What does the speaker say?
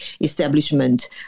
establishment